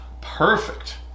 perfect